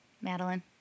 Madeline